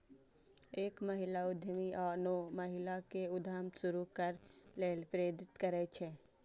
एक महिला उद्यमी आनो महिला कें उद्यम शुरू करै लेल प्रेरित करै छै